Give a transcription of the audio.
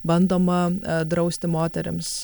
bandoma drausti moterims